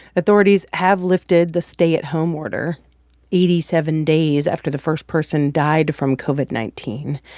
authorities have lifted the stay-at-home order eighty seven days after the first person died from covid nineteen.